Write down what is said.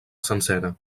sencera